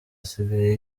asigaye